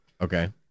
Okay